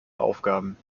aufgaben